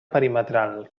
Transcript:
perimetral